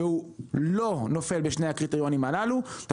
והוא לא נופל בשני הקריטריונים הללו אתה